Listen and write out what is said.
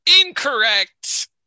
Incorrect